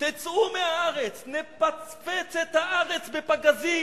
תצאו מהארץ, נפצפץ את הארץ בפגזים,